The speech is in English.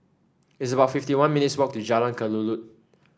it's about fifty one minutes' walk to Jalan Kelulut